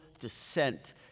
descent